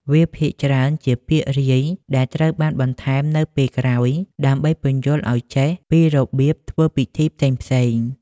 វាភាគច្រើនជា ពាក្យរាយ ដែលត្រូវបានបន្ថែមនៅពេលក្រោយ ដើម្បីពន្យល់ឱ្យចេះពីរបៀបធ្វើពិធីផ្សេងៗ។